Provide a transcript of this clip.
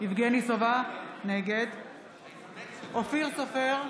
יבגני סובה, נגד אופיר סופר,